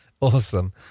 Awesome